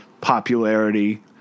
popularity